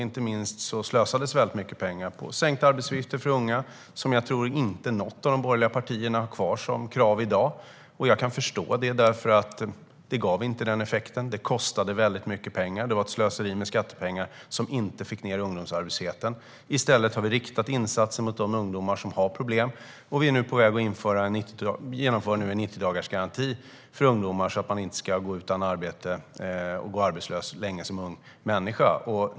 Inte minst slösades väldigt mycket pengar på sänkta arbetsgivaravgifter för unga, vilket nog inte något av de borgerliga partierna har kvar som krav i dag, och det kan jag förstå. Det gav inte den effekten, det kostade väldigt mycket pengar och det var ett slöseri med skattepengar som inte fick ned ungdomsarbetslösheten. Vi har i stället riktat insatser på de ungdomar som har problem. Vi är nu på väg att införa en 90-dagarsgaranti för ungdomar för att de inte ska gå arbetslösa så länge.